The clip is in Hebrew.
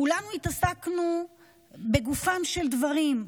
כולנו התעסקנו בגופם של דברים.